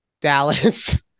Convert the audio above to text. Dallas